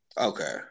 Okay